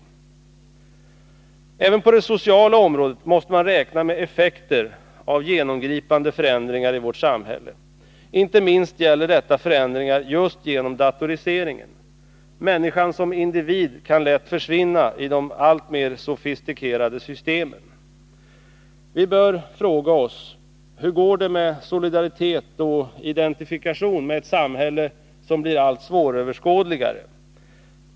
Men även på det sociala området måste man räkna med effekter av genomgripande förändringar i vårt samhälle. Inte minst gäller detta förändringar just genom datoriseringen. Människan som individ kan lätt försvinna i de alltmer sofistikerade systemen. Vi bör fråga oss: Hur går det med solidaritet och identifikation med ett samhälle som blir alltmer svåröverskådligt?